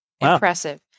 Impressive